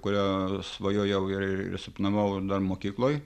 kurią svajojau ir ir sapnavau dar mokykloj